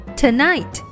,tonight